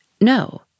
No